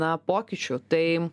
na pokyčių tai